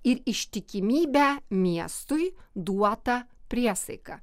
ir ištikimybę miestui duotą priesaiką